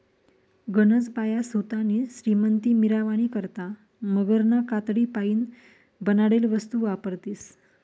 गनज बाया सोतानी श्रीमंती मिरावानी करता मगरना कातडीपाईन बनाडेल वस्तू वापरतीस